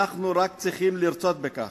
אנחנו רק צריכים לרצות בכך,